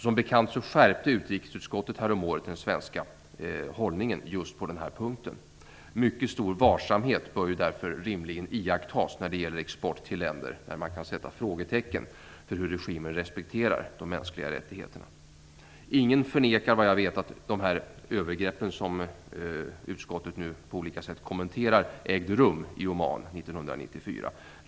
Som bekant skärpte utrikesutskottet häromåret den svenska hållningen just på den här punkten. Mycket stor varsamhet bör därför rimligen iakttas när det gäller export till länder där man kan sätta frågetecken för hur regimen respekterar de mänskliga rättigheterna. Ingen förnekar såvitt jag vet att de övergrepp som utskottet nu på olika sätt kommenterar ägde rum i Oman år 1994.